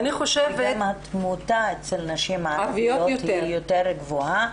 גם התמותה אצל הנשים הערביות היא יותר גבוהה,